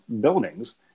buildings